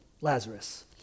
Lazarus